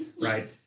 right